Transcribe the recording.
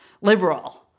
liberal